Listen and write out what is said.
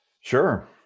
sure